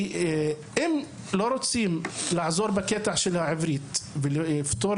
אם לא רוצים לעזור בקטע של העברית ולפתור